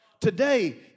Today